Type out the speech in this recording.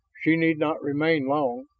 she need not remain long.